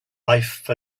life